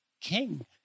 king